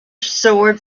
sword